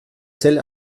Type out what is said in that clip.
zell